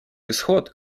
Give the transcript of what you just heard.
исход